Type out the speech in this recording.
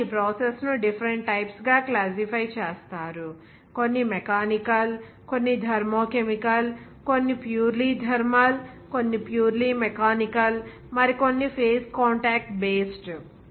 ఇంకా ఈ ప్రాసెస్ ను డిఫరెంట్ టైప్స్ గా క్లాసిఫై చేసారు కొన్ని మెకానికల్ కొన్ని థర్మో కెమికల్ కొన్ని ప్యూరిలీ థర్మల్ కొన్ని ప్యూరిలీ మెకానికల్ మరికొన్ని ఫేజ్ కాంటాక్ట్ బేస్డ్